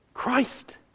Christ